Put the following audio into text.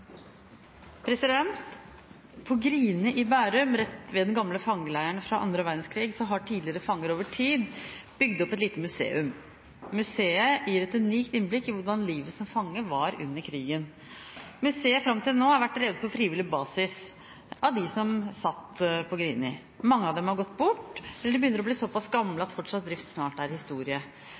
verdenskrig, har tidligere fanger over tid bygd opp et lite museum. Museet gir et unikt innblikk i hvordan livet som fange var under krigen. Fram til nå har museet vært drevet på frivillig basis av dem som satt på Grini. Mange av dem har gått bort eller begynner å bli såpass gamle at fortsatt drift snart er historie.